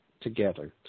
together